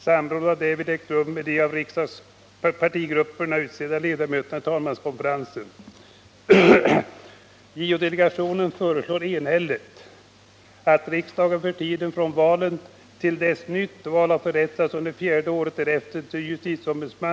Samråd har därvid ägt rum med de av partigrupperna utsedda ledamöterna i talmanskonferensen.